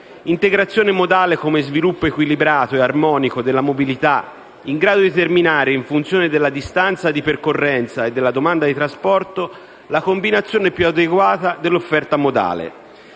integrazione modale come sviluppo equilibrato e armonico della mobilità, in grado di determinare, in funzione della distanza di percorrenza e della domanda di trasporto, la combinazione più adeguata dell'offerta modale.